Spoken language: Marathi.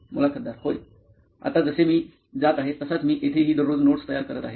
मुलाखतदार होय आता जसे मी जात आहे तसाच मी येथेही दररोज नोट्स तयार करत आहे